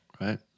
Right